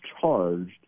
charged